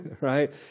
right